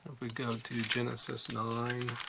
we go to genesis nine,